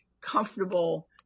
comfortable